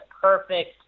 perfect